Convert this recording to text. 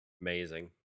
Amazing